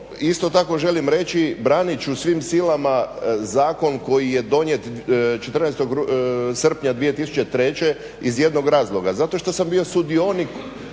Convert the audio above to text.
isto tako želim reći, branit ću svim silama zakon koji je donijet 14. srpnja 2003. iz jednog razloga, zato što sam bio sudionik